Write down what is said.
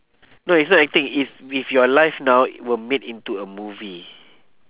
no it's not acting it's if your life now were made into a movie